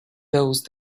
those